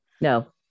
No